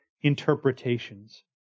interpretations